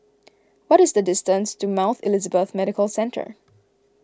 what is the distance to Mount Elizabeth Medical Centre